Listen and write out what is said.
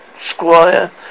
Squire